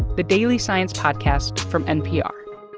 the daily science podcast from npr